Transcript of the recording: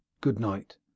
good-night